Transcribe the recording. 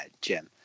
Jim